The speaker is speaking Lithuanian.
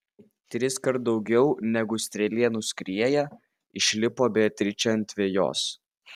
triskart daugiau negu strėlė nuskrieja išlipo beatričė ant vejos